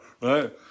right